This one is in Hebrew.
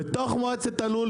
בתוך מועצת הלול,